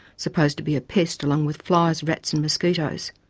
supposed to be a pest, along with flies, rats and mosquitoes.